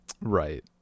right